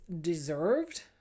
deserved